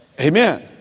Amen